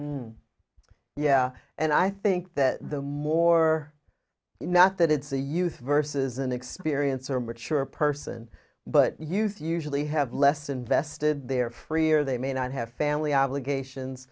yeah and i think that the more not that it's a youth versus an experience or mature person but youth usually have less invested their free or they may not have family obligations